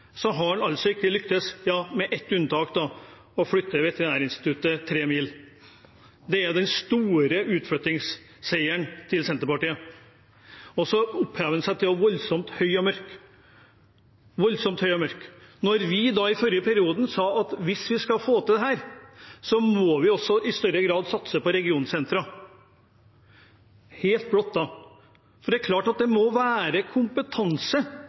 så ofte, men man stiller ofte bare diagnosen. Hver gang Senterpartiet har hatt muligheten, har man ikke lyktes, med ett unntak: å flytte Veterinærinstituttet tre mil. Det er Senterpartiets store utflyttingsseier. Man gjør seg voldsomt høy og mørk. I forrige periode sa vi at hvis vi skal få til dette, må vi i større grad satse på regionsentra. Det er klart at det må være kompetanse.